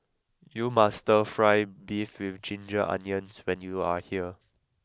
you must try Stir Fry Beef with ginger onions when you are here